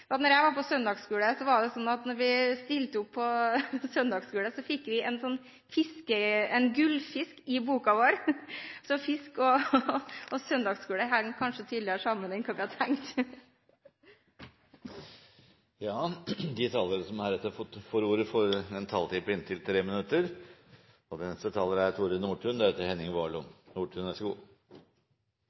jeg var på søndagsskole, var det slik at da vi stilte opp på søndagsskolen, fikk vi en gullfisk i boka vår. Så fisk og søndagsskole henger kanskje tydeligere sammen enn hva vi har tenkt. De talere som heretter får ordet, har en taletid på inntil 3 minutter. Jeg vil takke utenriksministeren for den flotte redegjørelsen, som var meget fast og meget framtidsrettet. For en måned siden la regjeringen fram europameldingen, en meget god